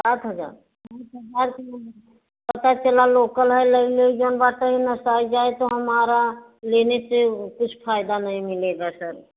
साठ हजार पता चला लोकल है ले ली जो बाटें वो ना सही जाता है तो हमारे लेने से कुछ फायदा नहीं मिलेगा सर